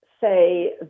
say